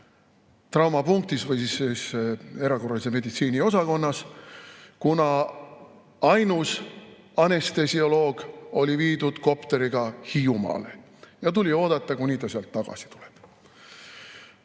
traumapunktis või erakorralise meditsiini osakonnas, kuna ainus anestesioloog oli viidud kopteriga Hiiumaale ja tuli oodata, kuni ta sealt tagasi tuleb.